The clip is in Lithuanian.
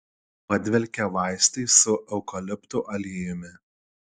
padvelkė vaistais su eukaliptų aliejumi